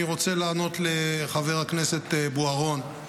אני רוצה לענות לחבר הכנסת בוארון.